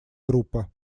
группа